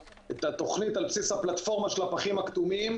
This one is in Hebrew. התוכנית על בסיס הפלטפורמה של הפחים הכתומים